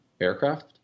aircraft